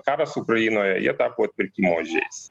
karas ukrainoje jie tapo atpirkimo ožiais